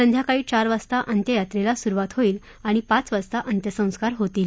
संध्याकाळी चार वाजता अंत्ययात्रेला सुरुवात होईल आणि पाच वाजता अंत्यसंस्कार होतील